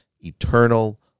eternal